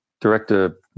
director